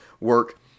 work